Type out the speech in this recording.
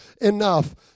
enough